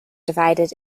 divided